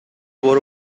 برو